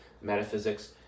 metaphysics